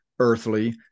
Earthly